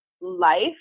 life